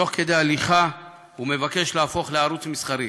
תוך כדי הליכה הוא מבקש להפוך לערוץ מסחרי.